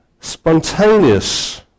spontaneous